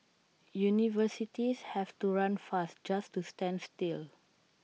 universities have to run fast just to stand still